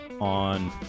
on